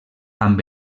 amb